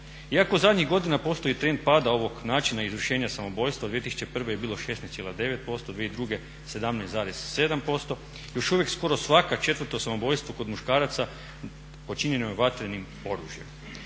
Iako zadnjih godina postoji trend pada ovog načina izvršenja samoubojstva 2001.je bilo 16,9%, 2002. 17,7% još uvijek svaka skoro 4.samoubojstvo kod muškaraca počinjeno je vatrenim oružjem.